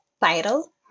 title